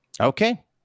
Okay